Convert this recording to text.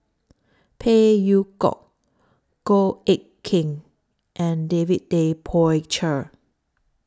Phey Yew Kok Goh Eck Kheng and David Tay Poey Cher